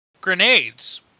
grenades